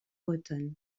bretonnes